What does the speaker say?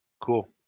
Cool